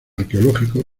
arqueológicos